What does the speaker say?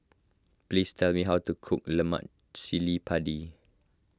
please tell me how to cook Lemak Cili Padi